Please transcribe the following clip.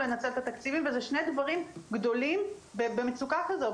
לנצל את התקציבים וזה שני דברים גדולים במצוקה כזאת.